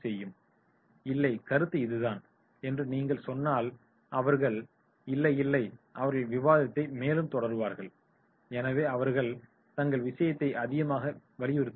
"இல்லை கருத்து இதுதான்" என்று நீங்கள் சொன்னால் அவர்கள் "இல்லை இல்லை அவர்கள் விவாதத்தைத் மேலும் தொடருவார்கள்" எனவே அவர்கள் தங்கள் விஷயத்தை அதிகமாக வலியுறுத்துவார்கள்